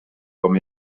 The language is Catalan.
com